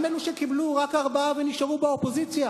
גם אלו שקיבלו רק ארבעה ונשארו באופוזיציה